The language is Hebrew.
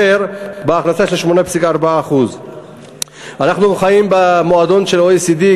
בהכנסה על 8.4%. אנחנו חיים במועדון של ה-OECD,